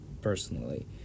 personally